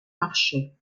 marché